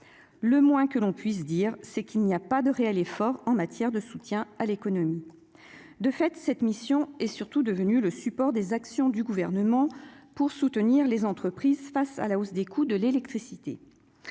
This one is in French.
le moins que l'on puisse dire, c'est qu'il n'y a pas de réels efforts en matière de soutien à l'économie, de fait, cette mission est surtout devenue le support des actions du gouvernement pour soutenir les entreprises face à la hausse des coûts de l'électricité,